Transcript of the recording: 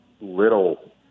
little